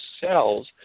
cells